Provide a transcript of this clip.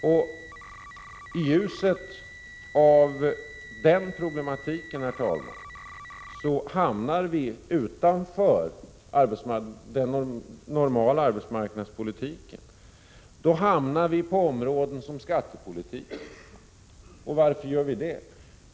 I ljuset av denna problematik hamnar vi utanför den normala arbetsmarknadspolitiken och hamnar på områden som skattepolitik. Varför gör vi det?